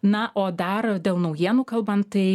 na o dar dėl naujienų kalbant tai